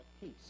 peace